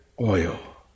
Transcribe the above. oil